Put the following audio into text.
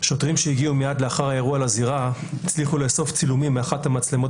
שוטרים שהגיעו מיד לאחר האירוע לזירה הצליחו לאסוף צילומים מאחת המצלמות